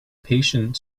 patient